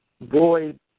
void